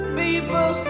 people